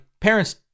parents